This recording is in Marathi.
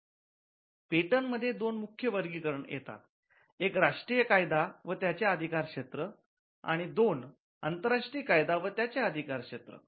पेटंट कायद्यामध्ये दोन मुख्य वर्गीकरण येतात एक राष्ट्रीय कायदा व त्याचे अधिकार क्षेत्र आणि दोन आंतरराष्ट्रीय कायदा व त्याचे अधिकार क्षेत्र